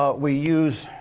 ah we use